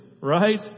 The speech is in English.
right